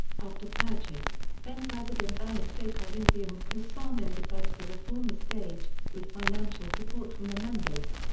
after purchase, then-president ernesto corinthians cassano decided to reform the stage, with financial support from the members.